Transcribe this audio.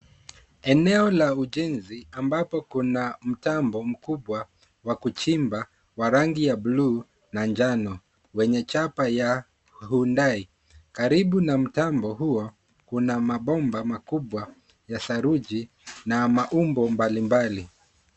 Eneo la ujenzi ambapo kuna mtambo mkubwa wa kuchimba wa rangi ya buluu na njano. Wenye chapa ya Hyundai karibu na mtambo huo kuna mabomba makubwa ya saruji na maumbo mbalimbali.